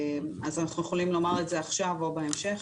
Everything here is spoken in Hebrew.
אז אנחנו יכולים לומר את זה עכשיו או בהמשך.